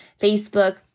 Facebook